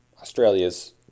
Australia's